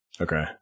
Okay